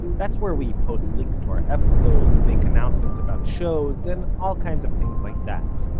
that's where we post links to our episodes, make announcements about shows, and all kinds of things like that.